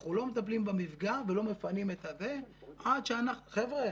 אנחנו לא מטפלים במפגע ולא מפנים עד שאנחנו חבר'ה,